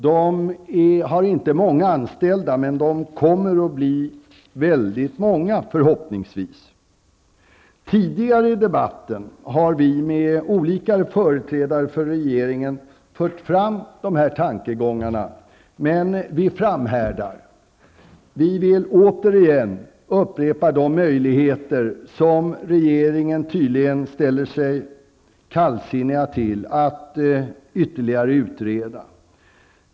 Dessa företag har inte många anställda, men de kommer att bli väldigt många förhoppningsvis. Tidigare i debatten har vi till olika företrädare för regeringen fört fram dessa tankegångar. Men vi framhärdar. Vi vill återigen upprepa de möjligheter som regeringen tydligen ställer sig kallsinnig till att ytterligare utreda.